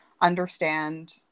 understand